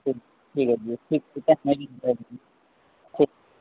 ٹھیک ہے ٹھیک